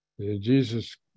Jesus